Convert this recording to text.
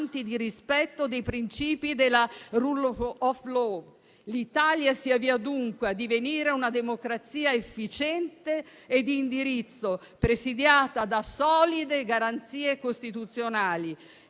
L'Italia si avvia dunque a divenire una democrazia efficiente e di indirizzo, presidiata da solide garanzie costituzionali.